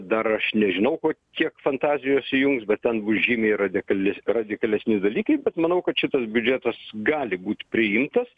dar aš nežinau ko kiek fantazijos įjungs bet ten bus žymiai radikales radikalesni dalykai bet manau kad šitas biudžetas gali būt priimtas